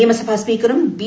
നിയമസഭാ സ്പീക്കറും ബി